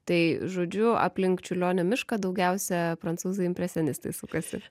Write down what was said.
tai žodžiu aplink čiurlionio mišką daugiausia prancūzų impresionistai sukasi